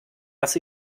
was